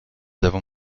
avons